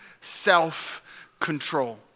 self-control